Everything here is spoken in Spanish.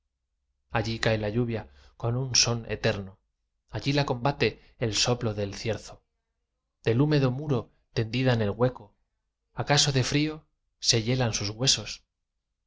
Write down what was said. allí cae la lluvia con un son eterno allí la combate el soplo del cierzo del húmedo muro tendida en el hueco acaso de frío se hielan sus huesos